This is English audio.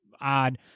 odd—